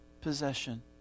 possession